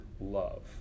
love